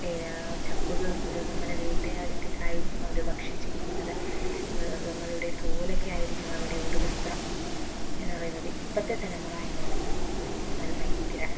എല്ലാ ചപ്പുകളും മൃഗങ്ങളെ വേട്ടയാടിയിട്ടൊക്കെ ആയിരിക്കും അവർ ഭക്ഷിച്ചിരിക്കുന്നത് മൃഗങ്ങളുടെ തോലൊക്കെ ആയിരിക്കും അവരുടെ ഉടുവസ്ത്രം എന്ന് പറയുന്നത് ഇപ്പോഴത്തെ തലമുറ എന്ന് പറയുന്നത് അവർ ഭയങ്കര